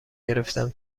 گرفتم